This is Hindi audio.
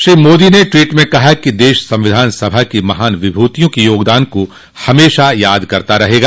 श्री मोदी ने टवीट में कहा कि देश सविधान सभा की महान विभूतियों के योगदान को हमेशा याद करता रहेगा